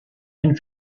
hin